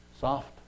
soft